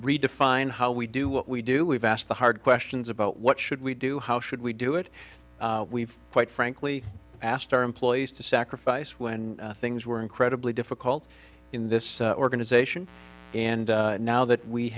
redefine how we do what we do we've asked the hard questions about what should we do how should we do it we've quite frankly asked our employees to sacrifice when things were incredibly difficult in this organization and now that we